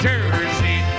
Jersey